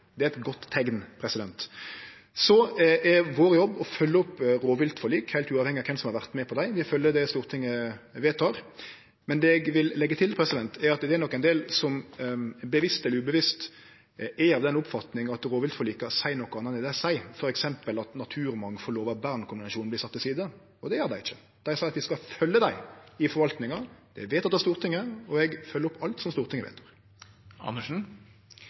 Det er eit godt teikn. Så er vår jobb å følgje opp rovviltforlika, heilt uavhengig av kven som har vore med på dei. Vi følgjer opp det Stortinget vedtek. Men det eg vil leggje til, er at det nok er ein del som bevisst eller ubevisst er av den oppfatninga at rovviltforlika seier noko anna enn det dei seier, f.eks. at naturmangfaldlova og Bernkonvensjonen vert sette til side. Det gjer dei ikkje. Dei seier at vi skal følgje dei i forvaltinga. Det er vedteke av Stortinget, og eg følgjer opp alt som Stortinget